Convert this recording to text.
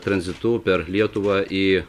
tranzitu per lietuvą į